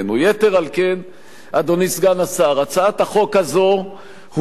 יתר על כן, אדוני סגן השר, הצעת החוק הזאת הובאה,